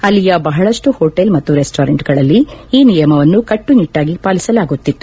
ಅಲ್ಲಿಯ ಬಹಳಷ್ಟು ಹೋಟೆಲ್ ಮತ್ತು ರೆಸ್ಟೋರೆಂಟ್ಗಳಲ್ಲಿ ಈ ನಿಯಮವನ್ನು ಕಟ್ಟುನಿಟ್ಟಾಗಿ ಪಾಲಿಸಲಾಗುತ್ತಿತ್ತು